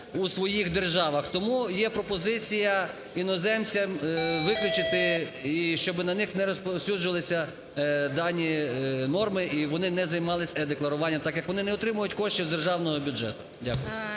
у своїх державах. Тому є пропозиція "іноземцям" виключити, і щоби на них не розповсюджувалися дані норми і вони не займалися е-декларуванням, так як вони не отримують коштів з державного бюджету. Дякую.